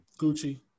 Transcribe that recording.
Gucci